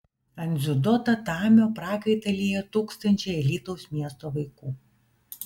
ant dziudo tatamio prakaitą liejo tūkstančiai alytaus miesto vaikų